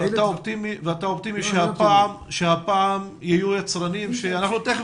ואתה אופטימי שהפעם יהיו יצרנים אנחנו תיכף